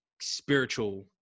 spiritual